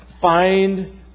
Find